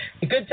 good